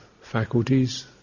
faculties